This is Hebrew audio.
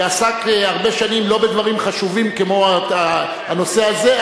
שעסק הרבה שנים לא בדברים חשובים כמו הנושא הזה,